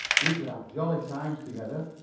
we could have jolly times together.